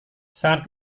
sangat